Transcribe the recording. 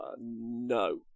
No